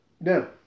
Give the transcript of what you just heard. no